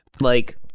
like-